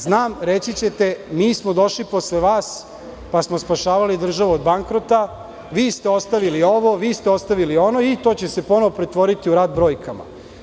Znam reći ćete – mi smo došli posle vas pa smo spašavali državu od bankrota, vi ste ostavili ovo, vi ste ostavili ono i to će se ponovo pretvoriti u rad brojkama.